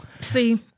see